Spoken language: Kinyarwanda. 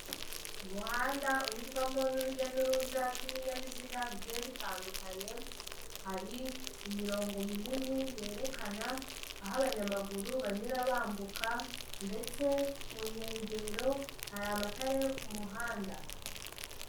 Umuhanda unyurwamo n'urujya n'uruza rw'ibinyabiziga bigiye bitandukanye, hari imirongo minini yerekana aho abanyamaguru banyura bambuka ndetse ku nkengero hari amatara yo ku muhanda.